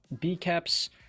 B-Caps